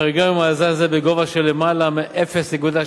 החריגה ממאזן זה בגובה של למעלה מ-0.65%,